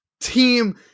Team